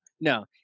no